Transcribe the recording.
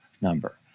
number